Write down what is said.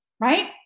right